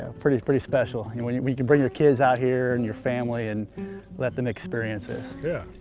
pretty pretty special. and when you can bring your kids out here and your family and let them experience this yeah.